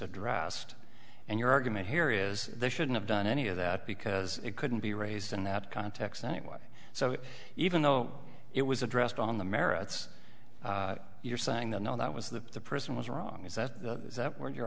addressed and your argument here is they shouldn't have done any of that because it couldn't be raised in that context anyway so even though it was addressed on the merits you're saying that no that was the person was wrong is that the that when your